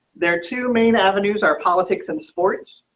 there are two main avenues are politics and sports,